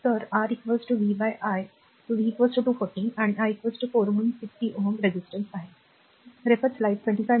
तर R v by i v 240 आणि i 4 म्हणून 60 Ω प्रतिकार